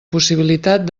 possibilitat